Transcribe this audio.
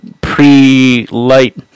pre-light